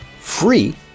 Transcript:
free